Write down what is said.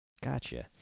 Gotcha